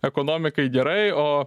ekonomikai gerai o